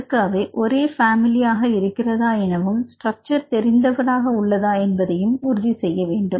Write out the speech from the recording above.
அதற்கு அவை ஒரே ஃபேமிலி இருக்கின்றதா எனவும் ஸ்ட்ரக்சர் தெரிந்தவராக உள்ளதா என்பதையும் உறுதி செய்யவும்